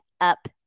up